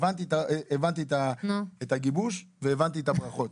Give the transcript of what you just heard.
אני הבנתי את הגיבוש והבנתי את הברכות.